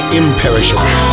imperishable